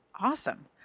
Awesome